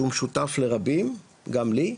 שהוא משותף לרבים, גם לי,